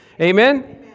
Amen